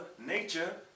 Nature